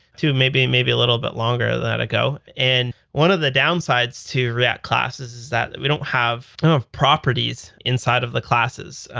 two, maybe maybe a little bit longer than ago. and one of the downsides to react classes is that we don't have properties inside of the classes,